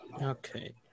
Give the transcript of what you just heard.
Okay